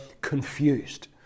confused